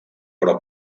però